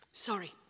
Sorry